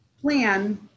plan